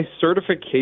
certification